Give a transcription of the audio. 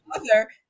mother